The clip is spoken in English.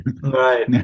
right